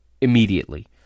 immediately